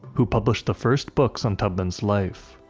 who published the first books on tubman's life.